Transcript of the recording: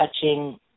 touching